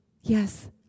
Yes